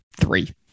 three